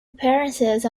appearances